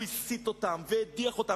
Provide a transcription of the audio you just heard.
הוא הסית אותם והדיח אותם,